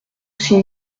six